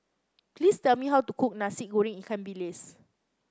please tell me how to cook Nasi Goreng Ikan Bilis